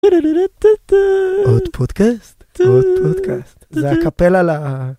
טולטוטו. עוד פודקאסט. עוד פודקאסט.